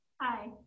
Hi